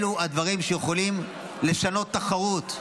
אלו הדברים שיכולים לשנות תחרות.